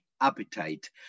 appetite